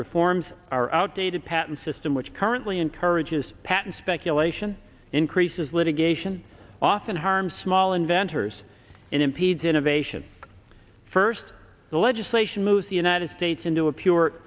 reforms are outdated patent system which currently encourages patent speculation increases litigation often harms small inventors and impedes innovation first the legislation moves the united states into a pure